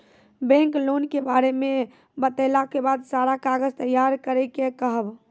Bank loan के बारे मे बतेला के बाद सारा कागज तैयार करे के कहब?